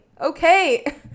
Okay